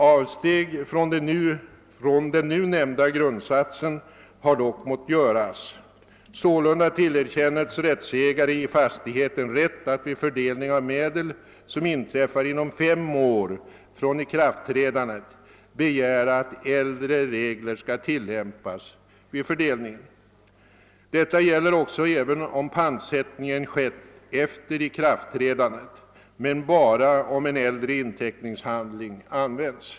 Avsteg från den nämnda grundsatsen har dock måst göras. Sålunda tillerkännes rättsägare i fastigheten rätt att vid fördelning av medel som inträffar inom fem år från ikraftträdandet begära att äldre regler skall tillämpas vid fördelningen. Detta gäller även om pantsättningen skett efter ikraftträdandet men bara om en äldre inteckningshandling används.